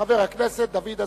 חבר הכנסת דוד אזולאי.